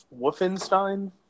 Wolfenstein